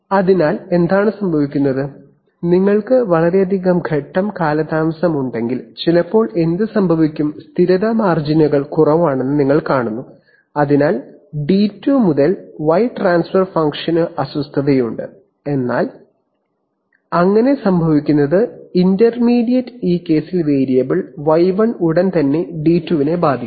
അതിനാൽ എന്താണ് സംഭവിക്കുന്നത് നിങ്ങൾക്ക് വളരെയധികം ഘട്ടം കാലതാമസം ഉണ്ടെങ്കിൽ ചിലപ്പോൾ എന്ത് സംഭവിക്കാം സ്ഥിരത മാർജിനുകൾ കുറവാണെന്ന് നിങ്ങൾ കാണുന്നു അതിനാൽ അസ്വസ്ഥത d2 മുതൽ y ട്രാൻസ്ഫർ ഫംഗ്ഷന് lag ഉണ്ട് എന്നാൽ അങ്ങനെ സംഭവിക്കുന്നത് കാരണം d2 ഈ ഇന്റർമീഡിയറ്റ് വേരിയബിൾ y1 നെ ഉടൻ ബാധിക്കുന്നു